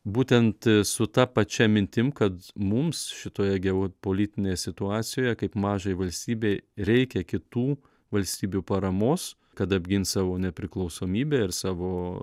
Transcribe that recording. būtent su ta pačia mintim kad mums šitoje geopolitinėje situacijoje kaip mažai valstybei reikia kitų valstybių paramos kad apgint savo nepriklausomybę ir savo